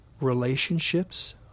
relationships